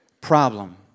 Problem